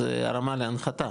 זה הרמה להנחתה.